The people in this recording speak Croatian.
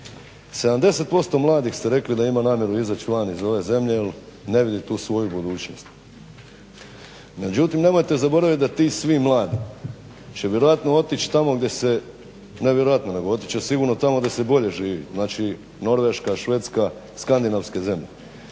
70% mladih ste rekli da ima namjeru izaći van iz ove zemlje jer ne vidi tu svoju budućnost. Međutim, nemojte zaboravit da ti svi mladi će vjerojatno otići tamo gdje se, ne vjerojatno nego otići će sigurno tamo gdje